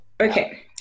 okay